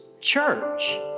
church